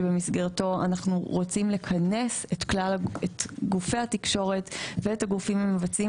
שבמסגרתו אנחנו רוצים לכנס את כלל גופי התקשורת ואת הגופים המבצעים,